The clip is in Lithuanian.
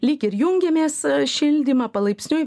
lyg ir jungiamės šildymą palaipsniui